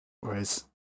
Whereas